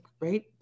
right